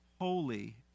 holy